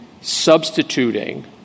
substituting